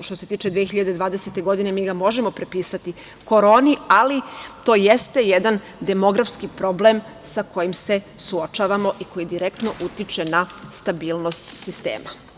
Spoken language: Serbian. što se tiče 2020. godine, mi ga možemo pripisati koroni, ali to jeste jedan demografski problem, sa kojim se suočavamo i koji direktno utiče na stabilnost sistema.